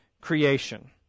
creation